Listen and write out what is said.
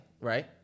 right